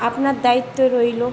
আপনার দায়িত্ব রইলো